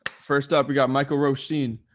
first off. we got michael roshen.